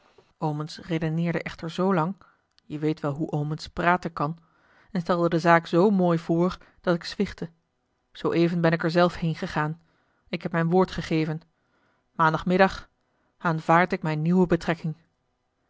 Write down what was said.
omens redeneerde echter zoolang je weet wel hoe omens praten kan en stelde de zaak zoo mooi voor dat ik zwichtte zooeven ben ik er zelf heengegaan ik heb mijn woord gegeven maandagmiddag aanvaard ik mijne nieuwe betrekking